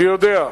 אני יודע,